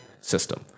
system